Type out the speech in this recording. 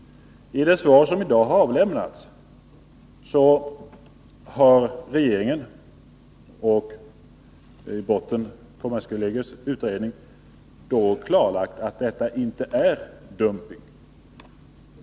I det svar som i dag avlämnats har regeringen — och i botten för detta ligger kommerskollegii utredning — klarlagt att detta inte är dumping.